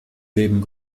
leben